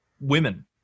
women